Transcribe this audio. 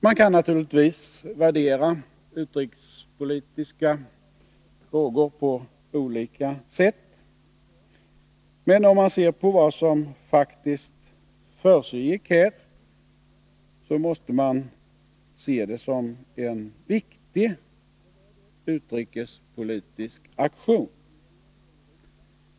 Man kan naturligtvis värdera utrikespolitiska frågor på olika sätt, men om man ser till vad som faktiskt försiggick, måste man se detta som en viktig utrikespolitisk aktion.